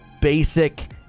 basic